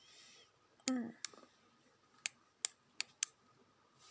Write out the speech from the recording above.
mm